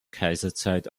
kaiserzeit